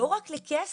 לא רק לכסף,